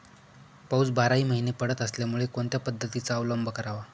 पाऊस बाराही महिने पडत असल्यामुळे कोणत्या पद्धतीचा अवलंब करावा?